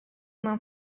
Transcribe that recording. mewn